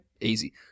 easy